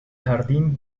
jardín